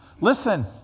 Listen